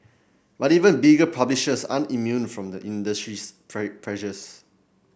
but even bigger publishers aren't immune from the industry's pressures